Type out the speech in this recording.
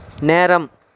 நேரம்